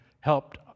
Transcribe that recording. helped